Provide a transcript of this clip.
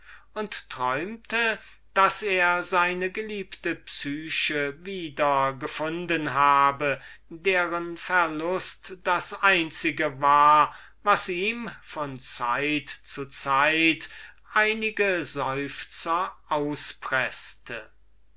und träumte daß er seine geliebte psyche wieder gefunden habe deren verlust das einzige war was ihm von zeit zu zeit einige seufzer auspreßte